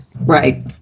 Right